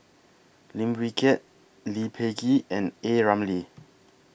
Lim Wee Kiak Lee Peh Gee and A Ramli